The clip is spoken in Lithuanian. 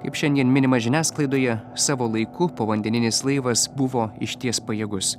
kaip šiandien minima žiniasklaidoje savo laiku povandeninis laivas buvo išties pajėgus